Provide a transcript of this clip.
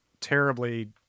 terribly